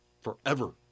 forever